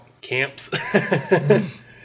camps